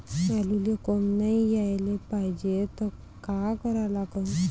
आलूले कोंब नाई याले पायजे त का करा लागन?